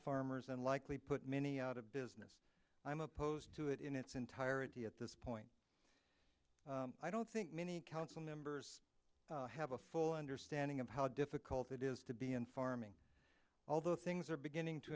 farmers and likely put many out of business i'm opposed to it in its entirety at this point i don't think many council members have a full understanding of how difficult it is to be in farming although things are beginning to